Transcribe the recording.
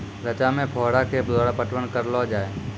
रचा मे फोहारा के द्वारा पटवन करऽ लो जाय?